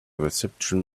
reception